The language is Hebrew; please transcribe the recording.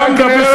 אתה מדבר,